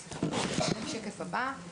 סליחה שאני